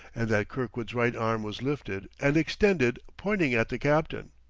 and that kirkwood's right arm was lifted and extended, pointing at the captain.